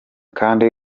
kandi